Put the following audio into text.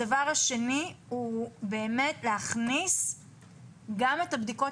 הדבר השני הוא באמת להכניס גם את הבדיקות